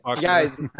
guys